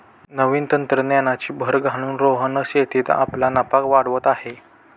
नवीन तंत्रज्ञानाची भर घालून रोहन शेतीत आपला नफा वाढवत आहे